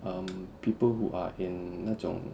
um people who are in 那种